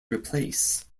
replace